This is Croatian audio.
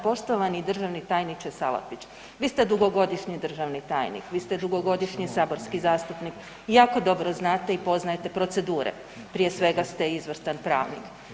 Poštovani državni tajniče Salapić, vi ste dugogodišnji državni tajnik, vi ste dugogodišnji saborski zastupnik i jako dobro znate i poznajete procedure, prije svega ste izvrstan pravnik.